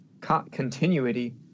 Continuity